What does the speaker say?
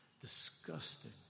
disgusting